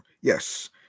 Yes